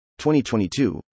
2022